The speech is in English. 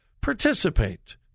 participate